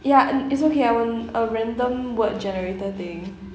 ya and it's okay I'm on a random word generator thing